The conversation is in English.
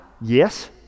Yes